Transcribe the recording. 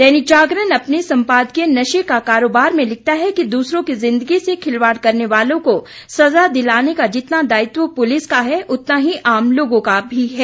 दैनिक जागरण अपने सम्पादकीय नशे का कारोबार में लिखता है कि दूसरों की जिंदगी से खिलवाड़ करने वालों को सजा दिलाने का जितना दायित्व पुलिस का है उतना ही आम लोगों का भी है